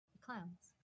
Clowns